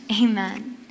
Amen